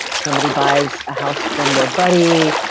somebody buys a house from their buddy,